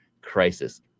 crisis